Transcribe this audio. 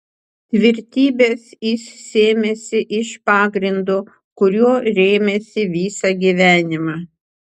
tvirtybės jis sėmėsi iš pagrindo kuriuo rėmėsi visą gyvenimą